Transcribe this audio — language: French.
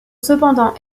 cependant